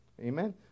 Amen